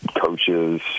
coaches